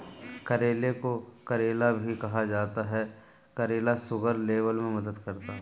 करेले को करेला भी कहा जाता है करेला शुगर लेवल में मदद करता है